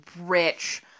rich